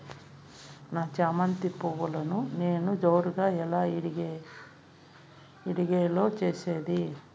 నా చామంతి పువ్వును నేను జోరుగా ఎలా ఇడిగే లో చేసేది?